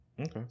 Okay